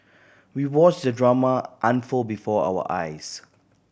we watched the drama unfold before our eyes